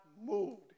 moved